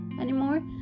anymore